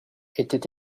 était